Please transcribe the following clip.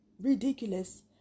ridiculous